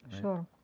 sure